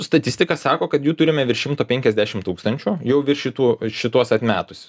statistika sako kad jų turime virš šimto penkiasdešimt tūkstančių jau virš šitų šituos atmetus